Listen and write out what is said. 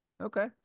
Okay